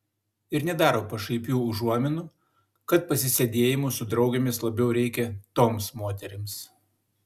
ir nedaro pašaipių užuominų kad pasisėdėjimų su draugėmis labiau reikia toms moterims